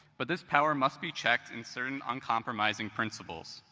but this power must be checked in certain uncompromising principles,